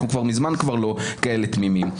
אנחנו כבר מזמן לא כאלה תמימים.